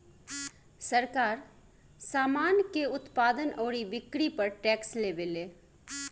सरकार, सामान के उत्पादन अउरी बिक्री पर टैक्स लेवेले